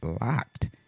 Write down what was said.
locked